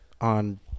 on